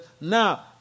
now